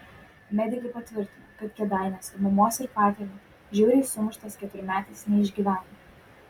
medikai patvirtino kad kėdainiuose mamos ir patėvio žiauriai sumuštas keturmetis neišgyveno